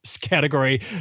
category